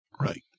right